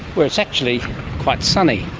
where it's actually quite sunny.